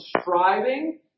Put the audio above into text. striving